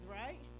right